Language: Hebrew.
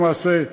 למעשה,